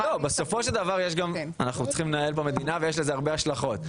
בסופו של דבר אנחנו צריכים לנהל כאן מדינה ויש לזה הרבה השלכות.